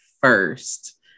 first